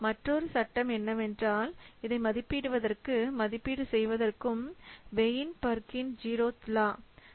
மற்றொரு சட்டம் என்னவென்றால் இதை மதிப்பிடுவதற்கு மதிப்பீடு செய்வதற்கும் Weinberg zeroth law Weinberg's Zeroth